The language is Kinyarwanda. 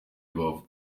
rubavu